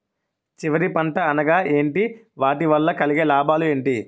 చివరి పంట అనగా ఏంటి వాటి వల్ల కలిగే లాభాలు ఏంటి